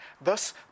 Thus